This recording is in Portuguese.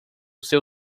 seu